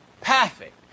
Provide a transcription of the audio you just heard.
perfect